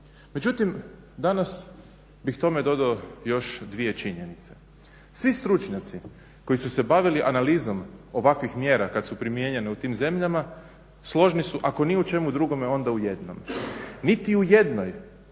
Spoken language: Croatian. Međutim, danas bih tome dodao još dvije činjenice. Svi stručnjaci koji su se bavili analizom ovakvih mjera kad su primijenjene u tim zemljama složni su ako ni u čemu drugome onda u jednome niti u jednoj